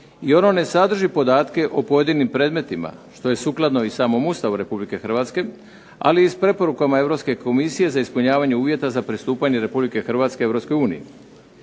i ono ne sadrži podatke o pojedinim predmetima što je sukladno i samom Ustavu RH, ali i s preporukama Europske komisije za ispunjavanje uvjeta za pristupanje RH Europskoj